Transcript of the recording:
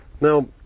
Now